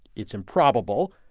it's improbable,